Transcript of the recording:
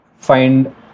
find